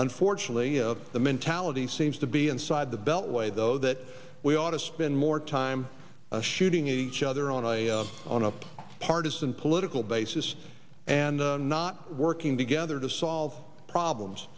unfortunately of the mentality seems to be inside the beltway though that we ought to spend more time shooting at each other on on a partisan political basis and not working together to solve problems